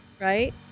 Right